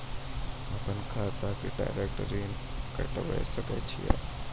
अपन खाता से डायरेक्ट ऋण कटबे सके छियै?